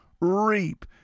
reap